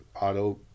auto